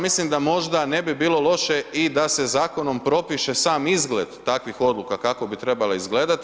Mislim da možda ne bi bilo loše i da se zakonom propiše sam izgled takvih odluka kako bi trebale izgledati.